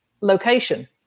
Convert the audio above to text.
location